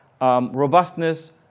Robustness